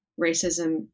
racism